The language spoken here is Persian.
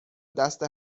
دست